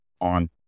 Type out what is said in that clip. on